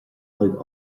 chuig